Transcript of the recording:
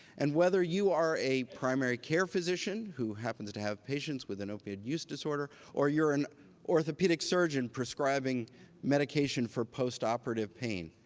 and whether you are a primary care physician who happens to have patients with an opioid use disorder or you're an orthopedic surgeon prescribing medication for post-operative pain,